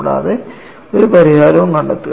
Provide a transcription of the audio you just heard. കൂടാതെ ഒരു പരിഹാരവും കണ്ടെത്തുക